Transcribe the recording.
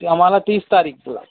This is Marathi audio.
ते आम्हाला तीस तारखेला